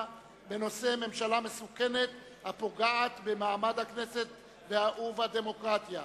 בנושא: ממשלה מסוכנת הפוגעת במעמד הכנסת ובדמוקרטיה.